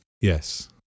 yes